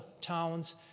towns